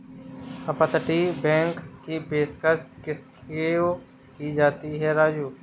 अपतटीय बैंक की पेशकश किसको की जाती है राजू?